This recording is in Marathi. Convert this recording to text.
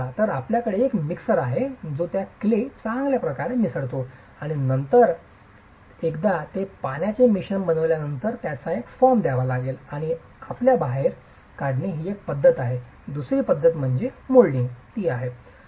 तर आपल्याकडे एक मिक्सर आहे जो या क्ले चांगल्या प्रकारे मिसळतो आणि नंतर एकदा ते पाण्याचे मिश्रण बनवल्यानंतर त्यास एक फॉर्म द्यावा लागेल आणि बाहेर काढणे ही एक पद्धत आहे दुसरी पद्धत मोल्डिंग आहे